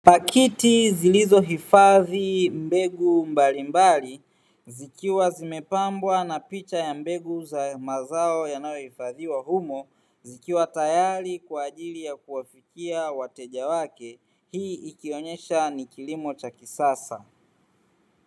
Pakiti zilizohifadhi mbegu mbalimbali, zikiwa zimepambwa na picha ya mbegu za mazao yanayohifadhiwa humo, zikiwa tayari kwa ajili ya kuwafikia wateja wake. Hii ikionyesha ni kilimo cha kisasa.